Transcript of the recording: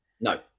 No